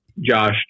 Josh